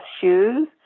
shoes